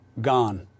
gone